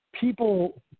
people